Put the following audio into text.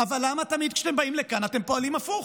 אבל למה תמיד כשאתם באים לכאן אתם פועלים הפוך?